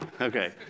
okay